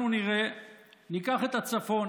ניקח את הצפון